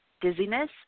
dizziness